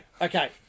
okay